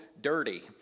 dirty